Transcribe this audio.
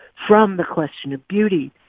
from the question of beauty,